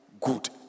good